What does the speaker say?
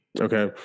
okay